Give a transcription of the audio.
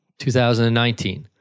2019